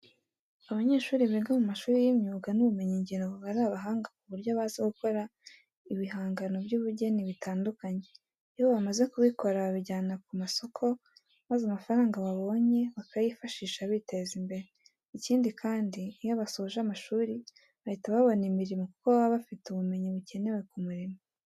Abanyeshuri biga mu mashuri y'imyuga n'ubumenyingiro baba ari abahanga ku buryo bazi gukora ibihangano by'ubugeni bitandukanye. Iyo bamaze kubikora babijyana ku masoko maze amafaranga babonye bakayifashisha biteza imbere. Ikindi kandi, iyo basoje amashuri bahita babona imirimo kuko baba bafite ubumenyi bukenewe ku murimo.